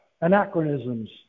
Anachronisms